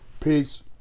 Peace